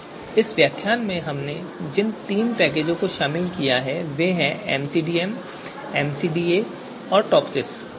तो इस व्याख्यान में हमने जिन तीन पैकेजों को शामिल किया है वे हैं एमसीडीएम एमसीडीए और टोप्सिस पैकेज